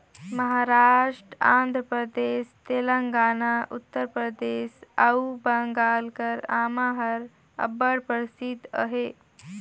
महारास्ट, आंध्र परदेस, तेलंगाना, उत्तर परदेस अउ बंगाल कर आमा हर अब्बड़ परसिद्ध अहे